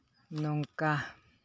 ᱱᱚᱝᱠᱟ